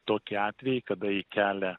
tokį atvejį kada į kelią